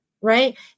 right